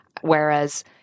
Whereas